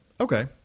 Okay